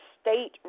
state